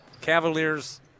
Cavaliers